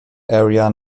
area